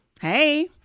Hey